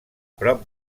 prop